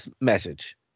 message